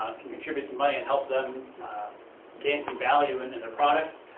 could contribute some money and help them gain some value in and their products.